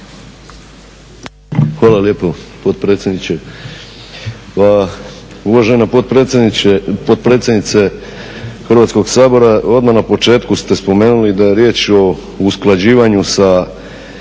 Hvala lijepo potpredsjedniče. Pa uvažena predsjednice Hrvatskog sabora, odmah na početku ste spomenuli da je riječ o usklađivanju sa